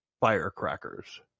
firecrackers